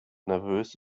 nervös